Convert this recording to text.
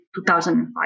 2005